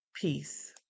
peace